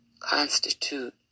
constitute